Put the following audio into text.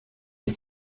est